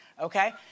okay